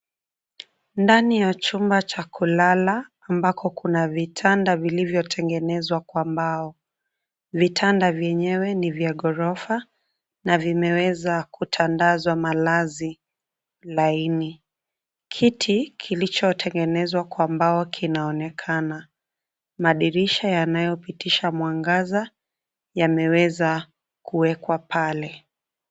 Ndani ya jumba cha kulala ambako kuna vitanda vilivyo tengenezwa kwa mbao, vitanda vyenyewe ni vya ghorofa na vimeweza kutandazwa malazi laini, kiti kilicho tengenezwa kwa mbao kinaonekana, madirisha yanaopitisha mwangaza yameweza kuwekwa pale.